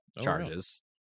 charges